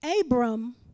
Abram